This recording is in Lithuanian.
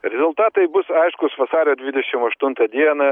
rezultatai bus aiškūs vasario dvidešim aštuntą dieną